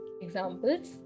examples